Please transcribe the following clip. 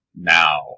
now